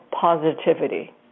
positivity